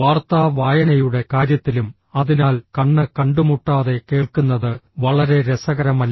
വാർത്താ വായനയുടെ കാര്യത്തിലും അതിനാൽ കണ്ണ് കണ്ടുമുട്ടാതെ കേൾക്കുന്നത് വളരെ രസകരമല്ല